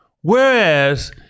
Whereas